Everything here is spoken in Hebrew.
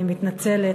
אני מתנצלת,